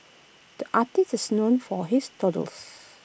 the artist is known for his doodles